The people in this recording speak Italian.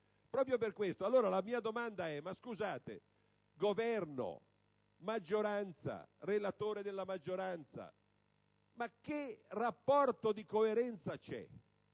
Proprio per questo, la mia domanda è: Governo, maggioranza, relatore della maggioranza, che rapporto di coerenza c'è